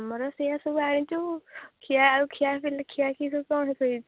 ଆମର ସେୟା ସବୁ ଆଣିଛୁ ଖିଆ ଆଉ ଖିଆ ଖିଆ ଖି ସବୁ କ'ଣ ହେଇ